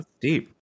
deep